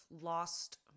lost